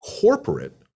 corporate